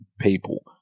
people